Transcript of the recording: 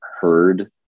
heard